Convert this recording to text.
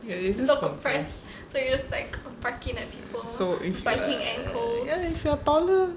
ya it's all compressed so if you are ya if you are power